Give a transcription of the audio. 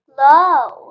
low